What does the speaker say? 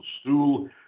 stool